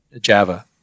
Java